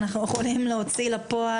אנחנו יכולים לפועל,